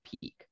peak